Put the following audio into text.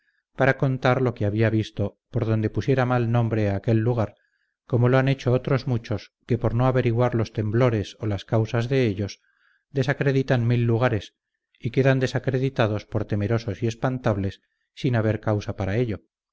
para contar lo que había visto por donde pusiera mal nombre a aquel lugar como lo han hecho otros muchos que por no averiguar los temores o las causas de ellos desacreditan mil lugares y quedan desacreditados por temerosos y espantables sin haber causa para ello